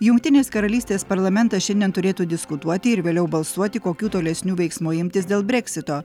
jungtinės karalystės parlamentas šiandien turėtų diskutuoti ir vėliau balsuoti kokių tolesnių veiksmų imtis dėl breksito